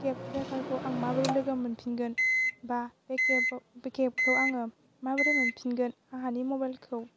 केब द्राइबारखौ आं माबोरै लोगो मोनफिनगोन बा बे केब बे केबखौ आङो माबोरै मोनफिनगोन आंहानि मबाइलखौ